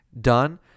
Done